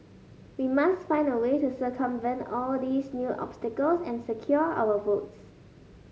we must find a way to circumvent all these new obstacles and secure our votes